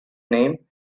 name